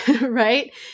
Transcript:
Right